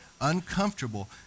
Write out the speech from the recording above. uncomfortable